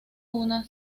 una